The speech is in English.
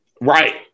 Right